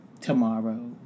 tomorrow